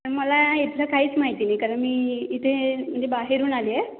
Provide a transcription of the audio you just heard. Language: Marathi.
पण मला इथलं काहीच माहिती नाही कारण मी इथे म्हणजे बाहेरून आली आहे